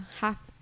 half